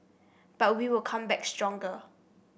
but we will come back stronger